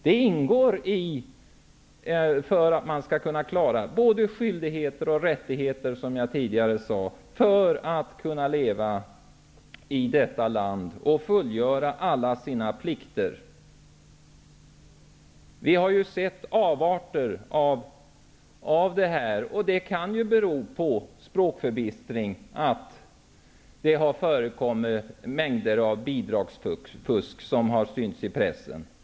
Det behövs för att man skall klara av både skyldigheter och rättigheter och för att man skall kunna leva i detta land och fullgöra alla sina plikter. Vi har sett avarter av detta. Det kan ju bero på språkförbistring att det har förekommit mängder av bidragsfusk, vilket har synts i pressen.